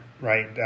right